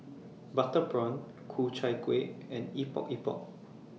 Butter Prawn Ku Chai Kuih and Epok Epok